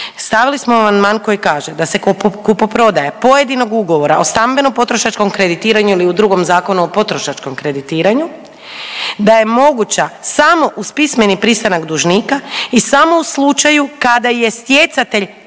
Stavili smo amandman koji kaže da se kupoprodaja pojedinog ugovora o stambeno potrošačkom kreditiranju ili u drugom zakonu o potrošačkom kreditiranju da je moguća samo uz pismeni pristanak dužnika i samo u slučaju kada je stjecatelj